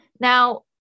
Now